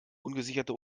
ungesicherte